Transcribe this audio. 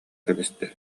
кэбистэ